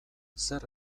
zer